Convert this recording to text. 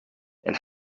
and